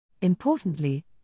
Importantly